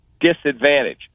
disadvantage